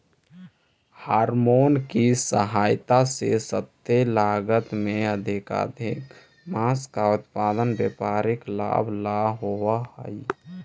hormone की सहायता से सस्ते लागत में अधिकाधिक माँस का उत्पादन व्यापारिक लाभ ला होवअ हई